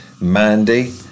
Mandy